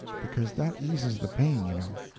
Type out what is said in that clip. because that eases the pain, you know.